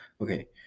Okay